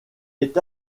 est